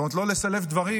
זאת אומרת, לא לסלף דברים.